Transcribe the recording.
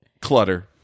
Clutter